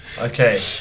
Okay